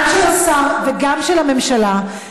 גם של השר וגם של הממשלה.